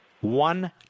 One